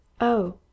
Oh